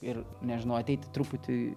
ir nežinau ateiti truputį